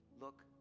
look